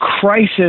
crisis